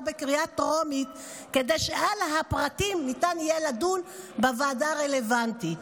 בקריאה טרומית כדי שעל הפרטים ניתן יהיה לדון בוועדה הרלוונטית.